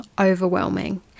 overwhelming